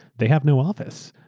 they have no office.